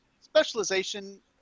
specialization